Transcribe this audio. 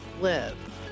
live